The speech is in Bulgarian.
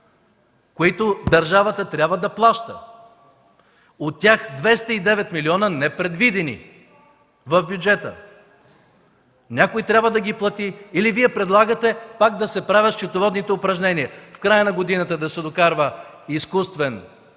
които държавата трябва да плаща. От тях 209 милиона непредвидени в бюджета. Някой трябва да ги плати или Вие предлагате пак да се правят счетоводните упражнения – в края на годината да се докарва изкуствен